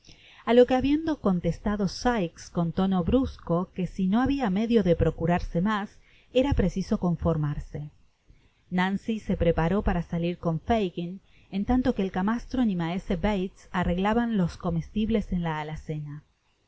a lo que habiendo contestado sikes con tono brusco que si no habia medio de procurarse mas era preciso conformarse nancy se preparó para salir con fagin en tanto que el camastron y maesc bales arreglaban los comestibles en la alacena